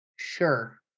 Sure